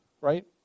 right